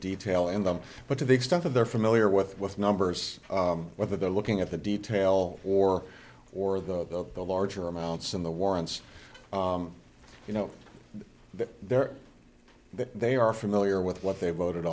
detail in them but to the extent that they're familiar with with numbers whether they're looking at the details or or the the larger amounts in the warrants you know that they're that they are familiar with what they voted